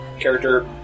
character